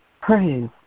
praise